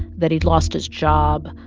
that he'd lost his job,